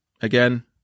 again